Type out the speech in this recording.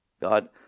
God